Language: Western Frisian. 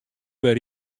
wer